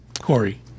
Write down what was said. Corey